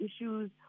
issues